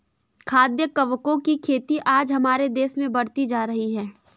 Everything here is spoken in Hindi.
खाद्य कवकों की खेती आज हमारे देश में बढ़ती जा रही है